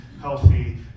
healthy